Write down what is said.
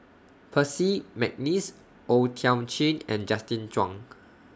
Percy Mcneice O Thiam Chin and Justin Zhuang